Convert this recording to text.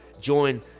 Join